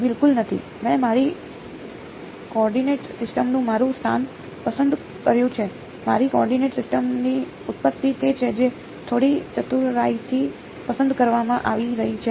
બિલકુલ નથી મેં મારી કોઓર્ડિનેટ સિસ્ટમનું મારું સ્થાન પસંદ કર્યું છે મારી કોઓર્ડિનેટ સિસ્ટમની ઉત્પત્તિ તે છે જે થોડી ચતુરાઈથી પસંદ કરવામાં આવી રહી છે